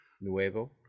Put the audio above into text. Nuevo